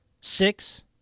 six